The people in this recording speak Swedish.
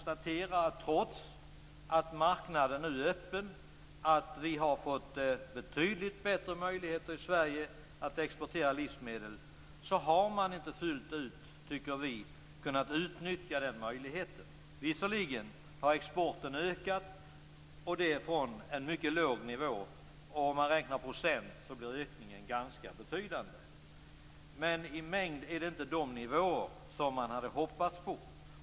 Trots att marknaden nu är öppen och trots att vi har betydligt bättre möjligheter i Sverige att exportera livsmedel, har man inte fullt ut kunnat utnyttja den möjligheten. Visserligen har exporten ökat, och detta från en mycket låg nivå och om man räknar i procent blir ökningen ganska betydande. Men i mängd har man inte nått de nivåer som man hade hoppats på.